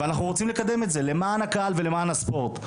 ואנחנו רוצים לקדם את זה, למען הקהל ולמען הספורט.